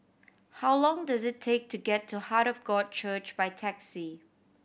how long does it take to get to Heart of God Church by taxi